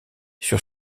sur